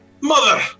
Mother